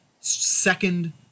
second